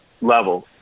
levels